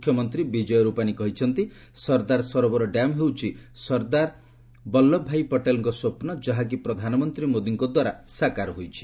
ମ୍ରଖ୍ୟମନ୍ତ୍ରୀ ବିଜୟ ରୂପାନୀ କହିଛନ୍ତି ସର୍ଦ୍ଧାର ସରୋବର ଡ୍ୟାମ ହେଉଛି ସର୍ଦ୍ଧାର ବଲ୍ଲଭଭି ପଟେଲଙ୍କ ସ୍ୱପ୍ନ ଯାହାକି ପ୍ରଧାନମନ୍ତ୍ରୀ ମୋଦୀଙ୍କ ଦ୍ୱାରା ସାକାର ହୋଇଛି